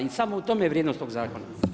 I samo u tome je vrijednost toga zakona.